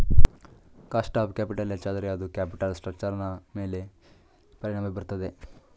cost of capital ಹೆಚ್ಚಾದರೆ ಅದು capital ಸ್ಟ್ರಕ್ಚರ್ನ ಮೇಲೆ ಪರಿಣಾಮ ಬೀರುತ್ತದೆ